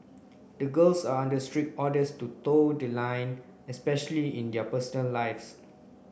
the girls are under strict orders to toe the line especially in their personal lives